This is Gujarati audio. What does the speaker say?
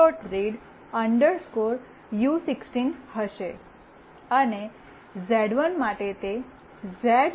રીડ યુ16 હશે અને ઝેડ1 માટે તે ઝેડ